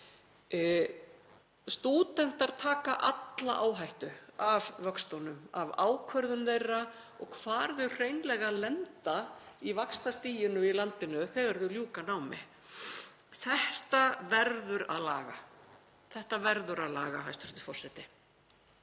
Stúdentar taka alla áhættu af vöxtunum, af ákvörðunum þeirra og hvar þau hreinlega lenda í vaxtastiginu í landinu þegar þau ljúka námi. Þetta verður að laga, hæstv. forseti.